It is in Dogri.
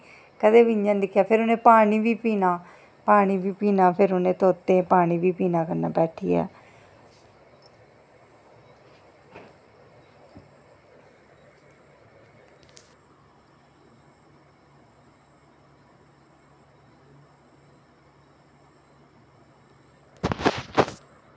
कदें बी इ'यां निं दिक्खेआ फिर उ'नें पानी बी पीना पानी बी पीना फिर उ'नें तोतें कन्नै बैठियै